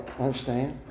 understand